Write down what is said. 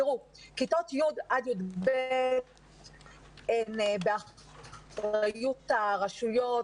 תראו, כיתות י' עד י"ב הן באחריות הרשויות.